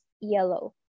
yellow